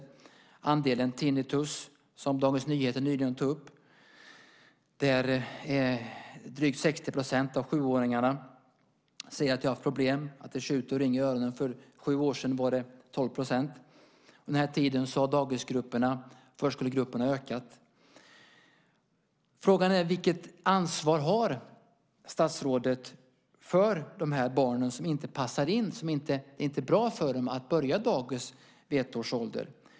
När det gäller tinnitus, som Dagens Nyheter nyligen tog upp, säger drygt 60 % av sjuåringarna att de haft problem, att det tjuter och ringer i öronen. För sju år sedan var den siffran 12 %. Under denna tid har förskolegruppernas storlek ökat. Frågan är vilket ansvar statsrådet har för de barn som inte passar in, när det inte är bra för barnen att börja på dagis vid ett års ålder.